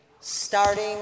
starting